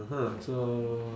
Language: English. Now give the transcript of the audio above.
mmhmm so